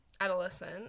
Adolescent